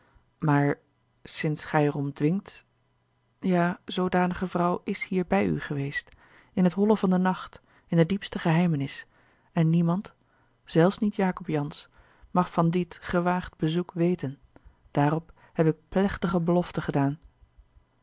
maar sinds gij er om dwingt ja zoodanige vrouw is hier bij u geweest in t holle van den nacht in de diepste geheimnis en niemand zelfs niet jacob jansz mag van dit gewaagd bezoek weten daarop heb ik plechtige belofte gedaan